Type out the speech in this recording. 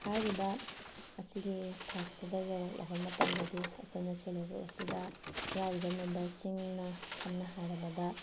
ꯍꯥꯏꯔꯤꯕ ꯑꯁꯤꯒꯤ ꯊꯥꯛꯁꯤꯗ ꯌꯧꯔꯛꯂꯕ ꯃꯇꯝꯗꯗꯤ ꯑꯩꯈꯣꯏꯅ ꯁꯦꯜꯐ ꯍꯦꯜꯞ ꯒ꯭ꯔꯨꯞ ꯑꯁꯤꯗ ꯌꯥꯎꯔꯤꯕ ꯃꯦꯝꯕꯔꯁꯤꯡꯅ ꯁꯝꯅ ꯍꯥꯏꯔꯕꯗ